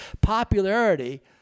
popularity